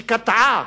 שקטעה